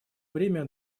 время